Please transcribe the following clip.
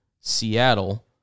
seattle